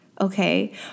okay